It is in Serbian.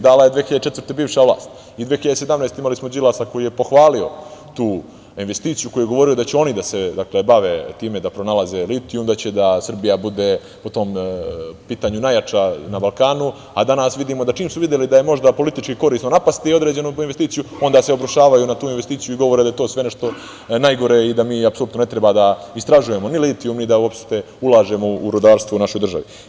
Dala je 2004. godine bivša vlast i 2017. godine smo imali Đilasa koji je pohvalio tu investiciju, koji je govorio da će oni da se bave time da pronalaze litijum, da će Srbija da bude po tom pitanju najjača na Balkanu, a danas vidimo da čim su videli da je možda politički korisno napasti određenu investiciju, onda se obrušavaju na tu investiciju i govore da je to sve nešto najgore i da mi apsolutno ne treba da istražujemo, ni litijum, ni uopšte da ulažemo u rudarstvo u našoj državi.